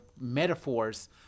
metaphors